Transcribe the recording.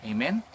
Amen